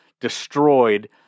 destroyed